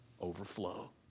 overflow